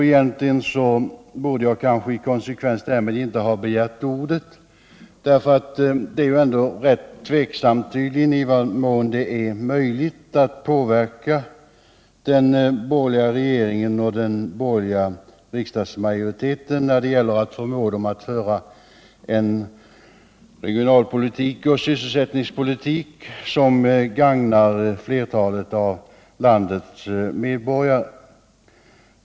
Egentligen borde jag kanske i konsekvens därmed inte ha begärt ordet, därför att det ändå är rätt tveksamt i vad mån det är möjligt att påverka den borgerliga regeringen och den borgerliga riksdagsmajoriteten när det gäller att förmå dem att föra en regionalpolitik och sysselsättningspolitik, som gagnar flertalet av landets medborgare.